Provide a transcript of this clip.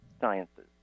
sciences